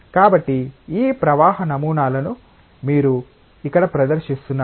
కాబట్టి ఈ ప్రవాహ నమూనాలను మీరు ఇక్కడ ప్రదర్శిస్తున్నారు